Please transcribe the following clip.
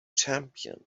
champion